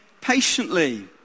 patiently